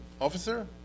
officer